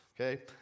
okay